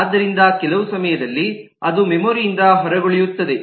ಆದ್ದರಿಂದ ಕೆಲವು ಸಮಯದಲ್ಲಿ ಅದು ಮೆಮೊರಿ ಯಿಂದ ಹೊರಗುಳಿಯುತ್ತದೆ